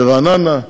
ברעננה,